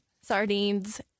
sardines